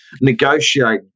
negotiate